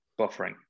buffering